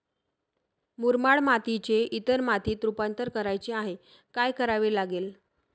मुरमाड मातीचे इतर मातीत रुपांतर करायचे आहे, काय करावे लागेल?